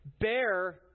bear